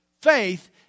Faith